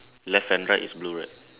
left and right is blue right